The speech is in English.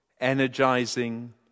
energizing